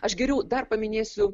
aš geriau dar paminėsiu